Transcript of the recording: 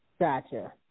Gotcha